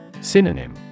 Synonym